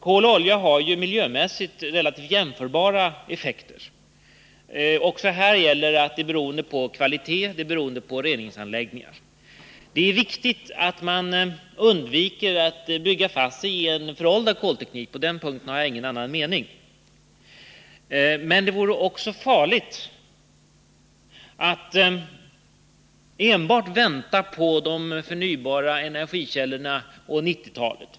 Kol och olja har miljömässigt relativt jämförbara effekter, vilka dock är beroende av kvalitet och reningsanläggningar. Det är viktigt att man undviker att bygga fast sig i en föråldrad kolteknik. På den punkten har jag ingen annan mening. Men det vore också farligt att enbart vänta på de förnybara energikällorna och 1990-talet.